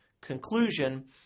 Conclusion